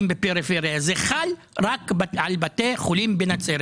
זה חל רק על בתי החולים בנצרת.